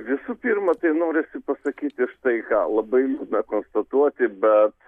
visų pirma tai norisi pasakyti štai ką labai liūdna konstatuoti bet